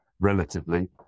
relatively